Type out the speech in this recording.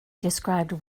described